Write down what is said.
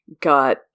got